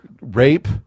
rape